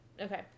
Okay